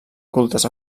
cultes